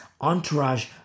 entourage